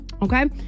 Okay